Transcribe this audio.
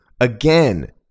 again